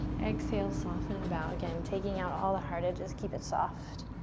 exhale, soften, and bow. again, taking out all the hard edges, keep it soft.